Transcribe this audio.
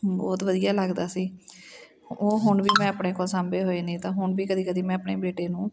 ਬਹੁਤ ਵਧੀਆ ਲੱਗਦਾ ਸੀ ਉਹ ਹੁਣ ਵੀ ਮੈਂ ਆਪਣੇ ਕੋਲ ਸਾਂਭੇ ਹੋਏ ਨੇ ਤਾਂ ਹੁਣ ਵੀ ਕਦੀ ਕਦੀ ਮੈਂ ਆਪਣੇ ਬੇਟੇ ਨੂੰ